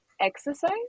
exercise